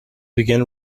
begin